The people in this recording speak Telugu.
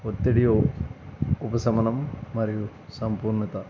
ఒత్తిడి ఉపశమనం మరియు సంపూర్ణత